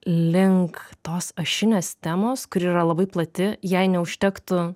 link tos ašinės temos kuri yra labai plati jai neužtektų